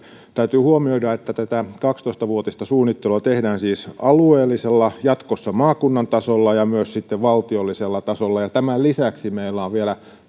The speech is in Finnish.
täytyy huomioida että tätä kaksitoista vuotista suunnittelua tehdään siis alueellisella jatkossa maakunnan tasolla ja myös sitten valtiollisella tasolla tämän lisäksi meillä on vielä